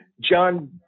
John